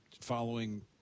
following